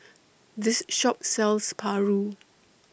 This Shop sells Paru